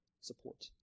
support